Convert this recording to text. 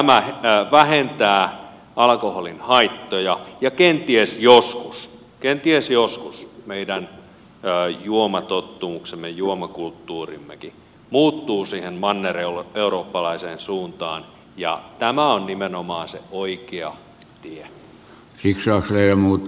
tämä vähentää alkoholin haittoja ja kenties joskus kenties joskus meidän juomatottumuksemme juomakulttuurimmekin muuttuu siihen mannereurooppalaiseen suuntaan ja tämä on nimenomaan se oikea tie